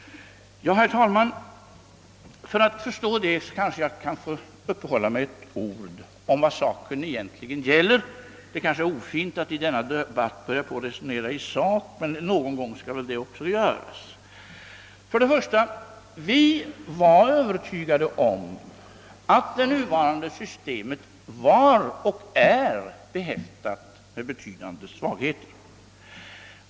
Ja, herr talman, för att förklara detta kanske jag med några ord får uppehålla mig vid vad saken egentligen gäller. Det är måhända ofint att i denna debatt börja resonera i sak, men någon gång skall väl det också göras. Först och främst var vi övertygade om att det nuvarande systemet är behäftat med betydande svagheter.